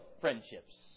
friendships